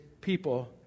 people